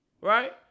Right